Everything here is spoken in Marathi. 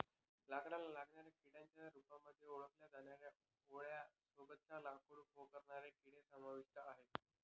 लाकडाला लागणाऱ्या किड्यांच्या रूपामध्ये ओळखल्या जाणाऱ्या आळ्यां सोबतच लाकूड पोखरणारे किडे समाविष्ट आहे